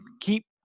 keep